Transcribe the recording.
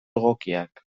egokiak